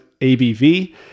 ABV